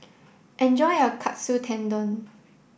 enjoy your Katsu Tendon